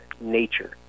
nature